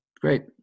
great